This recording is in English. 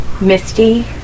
misty